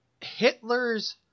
Hitler's